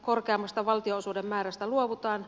korkeammasta valtionosuuden määrästä luovutaan